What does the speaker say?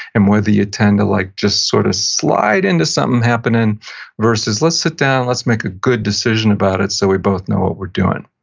and whether you tend to like sort of slide into something happening versus let's sit down, let's make a good decision about it so we both know what we're doing.